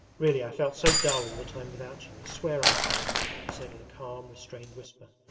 really i felt so dull all the time without you, i swear i did he said in a calm, restrained whisper,